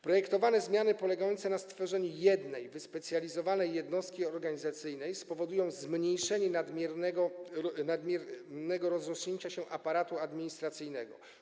Projektowane zmiany polegające na stworzeniu jednej wyspecjalizowanej jednostki organizacyjnej spowodują zmniejszenie nadmiernie rozrośniętego aparatu administracyjnego.